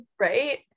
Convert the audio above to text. right